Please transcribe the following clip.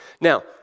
Now